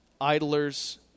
Idlers